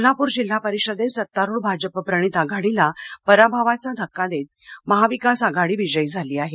कोल्हापूर जिल्हा परिषदेत सत्तारुढ भाजपप्रणित आघाडीला पराभवाचा धक्का देत महाविकास आघाडी विजयी झाली आहे